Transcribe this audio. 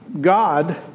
God